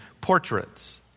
portraits